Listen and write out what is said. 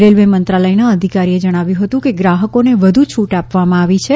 railway મંત્રાલયના અધિકારીએ જણાવ્યું હતું કે ગ્રાહકોને વધુ છૂટ આપવામાં આવી છે